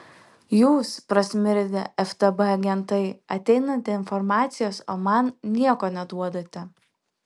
jūs pasmirdę ftb agentai ateinate informacijos o man nieko neduodate